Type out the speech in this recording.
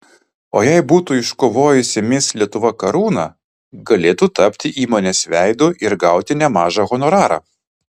o jei būtų iškovojusi mis lietuva karūną galėtų tapti įmonės veidu ir gauti nemažą honorarą